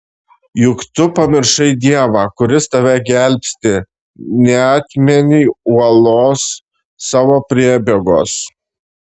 juk tu pamiršai dievą kuris tave gelbsti neatmeni uolos savo priebėgos